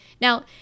now